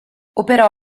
operò